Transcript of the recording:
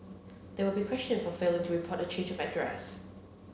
they will be questioned for failing to report a change of address